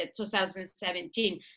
2017